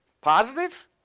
Positive